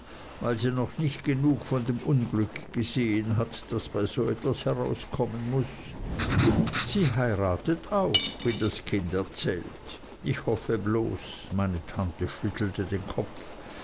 weil sie noch nicht genug von dem unglück gesehen hat das bei so etwas herauskommen muß sie heiratet auch wie das kind erzählt ich hoffe bloß meine tante schüttelte den kopf